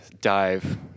dive